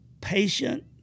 patient